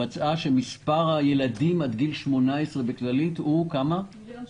מצאה שמספר הילדים עד גיל 18 בכללית הוא 1.65 מיליון.